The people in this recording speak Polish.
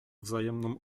wzajemną